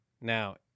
now